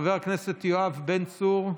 חבר הכנסת יואב בן צור,